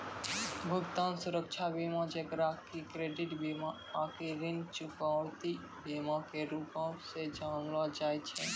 भुगतान सुरक्षा बीमा जेकरा कि क्रेडिट बीमा आकि ऋण चुकौती बीमा के रूपो से जानलो जाय छै